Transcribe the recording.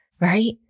right